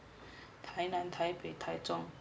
tainan taipei taichung